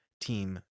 team